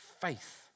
faith